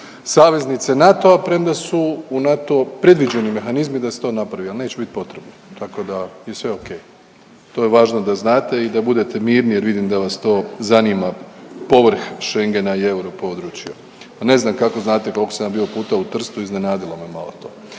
saveznice NATO-a, premda su u NATO-u predviđeni mehanizmi da se to napravi, ali neće biti potrebni. Tako da je sve okej, to je važno da znate i da budete mirni jer vidim da vas to zanima povrh Schengena i europodručja, a ne znam kako znate koliko sam ja bio puta u Trstu, iznenadilo me malo to.